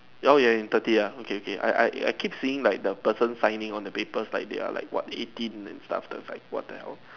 you all in thirty ah okay okay I I I keep seeing like the person signing on the paper like their like what eighteen and stuff it's like what the hell